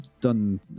done